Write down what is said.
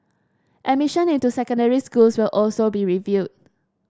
admission into secondary schools will also be reviewed